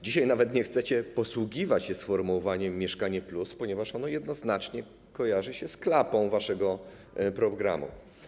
Dzisiaj nawet nie chcecie posługiwać się sformułowaniem „Mieszkanie+”, ponieważ ono jednoznacznie kojarzy się z klapą waszego programu.